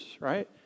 right